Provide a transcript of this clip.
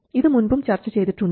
ഇത് മുൻപും ചർച്ച ചെയ്തിട്ടുണ്ട്